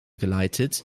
geleitet